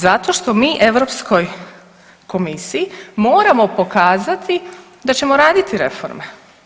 Zato što mi Europskoj komisiji moramo pokazati da ćemo raditi reforme.